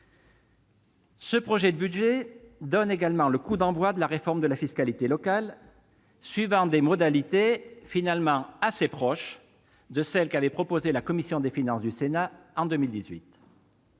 Ce projet de budget donne également le coup d'envoi de la réforme de la fiscalité locale, suivant des modalités finalement assez proches de celles qu'avait proposées la commission des finances du Sénat en 2018.